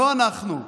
לא אנחנו,